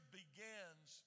begins